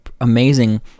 amazing